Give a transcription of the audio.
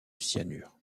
cyanure